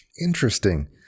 Interesting